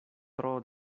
tro